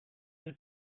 you